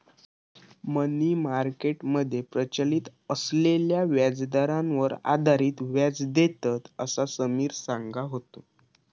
मनी market मध्ये प्रचलित असलेल्या व्याजदरांवर आधारित व्याज देतत, असा समिर सांगा होतो